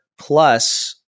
plus